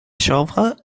chèvres